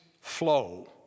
flow